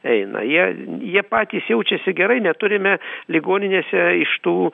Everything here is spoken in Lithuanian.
eina jie jie patys jaučiasi gerai neturime ligoninėse iš tų